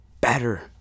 better